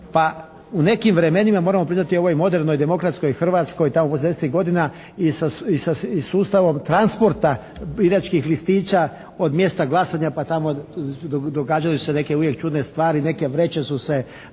u nekim vremenima moramo priznati, u ovoj modernoj, demokratskoj Hrvatskoj tamo poslije devedesetih godina i sustavom transporta biračkih listića od mjesta glasanja pa tamo događale su se neke uvijek čudne stvari. Neke vreće su se